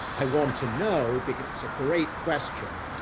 i want to know because it's a great question,